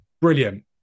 Brilliant